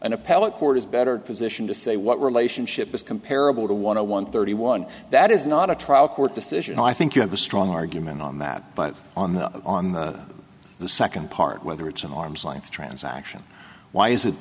an appellate court is better position to say what relationship is comparable to want to one thirty one that is not a trial court decision i think you have a strong argument on that but on the on the second part whether it's an arm's length transaction why is it